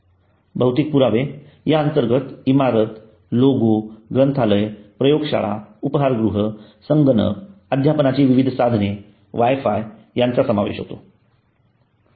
भौतिक पुरावे याअंतर्गत इमारत लोगो ग्रंथालय प्रयोगशाळा उपहारगृह संगणक अध्यापनाची विविध साधने वायफाय यांचा समावेश होतो